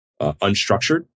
unstructured